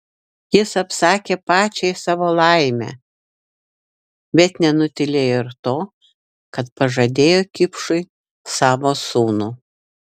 jis apsakė pačiai savo laimę bet nenutylėjo ir to kad pažadėjo kipšui savo sūnų